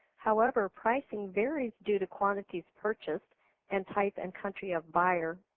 however, pricing varies due to quantities purchased and type and country of buyer,